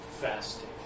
fasting